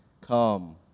Come